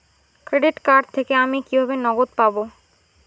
Credit card থেকে আমি কিভাবে নগদ পাব?